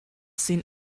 seen